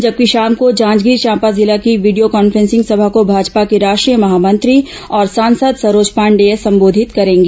जबकि शाम को जांजगीर चांपा जिला की वीडियो कॉन्फ्रेंसिंग सभा को भाजपा की राष्ट्रीय महामंत्री और सांसद सरोज पांडेय संबोधित करेंगी